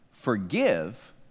Forgive